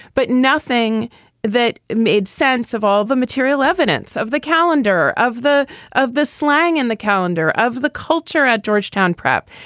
but nothing that made sense of all the material evidence of the calendar of the of the slang and the calendar of the culture at georgetown prep.